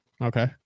Okay